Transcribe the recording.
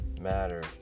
Matter